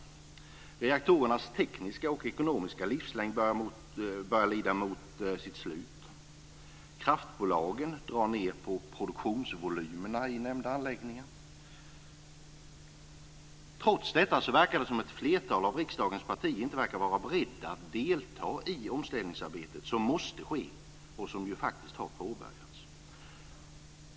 Reaktorernas tekniska och ekonomiska livslängd börjar lida mot sitt slut. Kraftbolagen drar ned på produktionsvolymerna i nämnda anläggningar. Trots detta verkar det som om ett flertal av riksdagens partier inte verkar vara beredda att delta i det omställningsarbete måste ske och som ju faktiskt har påbörjats.